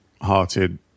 hearted